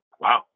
Wow